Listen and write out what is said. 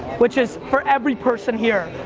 which is, for every person here,